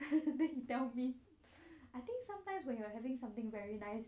he tell me I think sometimes when you are having something very nice